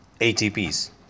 ATPs